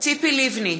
ציפי לבני,